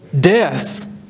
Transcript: death